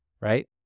right